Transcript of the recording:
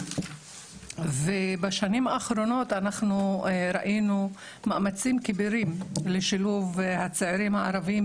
ובשנים האחרונות אנחנו ראינו מאמצים כבירים לשילוב הצעירים הערביים,